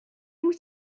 wyt